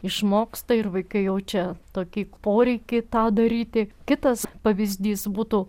išmoksta ir vaikai jaučia tokį poreikį tą daryti kitas pavyzdys būtų